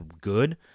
good